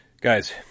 Guys